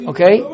Okay